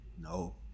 No